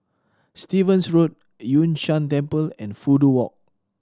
Stevens Road Yun Shan Temple and Fudu Walk